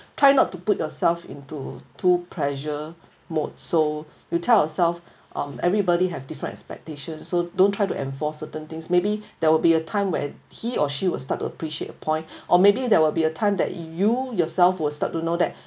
try not to put yourself into too pressure mode so you tell yourself um everybody have different expectations so don't try to enforce certain things maybe there will be a time when he or she will start to appreciate a point or maybe there will be a time that you yourself will start to know that